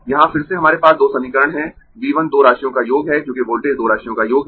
यहां फिर से हमारे पास दो समीकरण है V 1 दो राशियों का योग है क्योंकि वोल्टेज दो राशियों का योग है